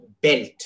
belt